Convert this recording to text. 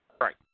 Right